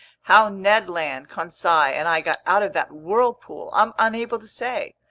how ned land, conseil, and i got out of that whirlpool, i'm unable to say.